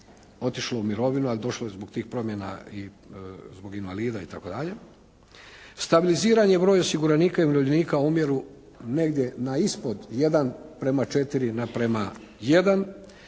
otišlo u mirovinu ali došlo je zbog tih promjena zbog invalida itd. Stabiliziran je broj osiguranika i umirovljenika u omjeru negdje na ispod 1:4:1 i smanjen je